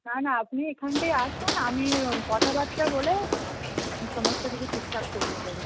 না না আপনি এখানটায় আসুন আমি ও কথা বাত্রা বলে সমস্ত কিছু ঠিকঠাক করিয়ে দেবো